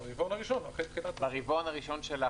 ברבעון הראשון.